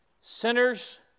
Sinners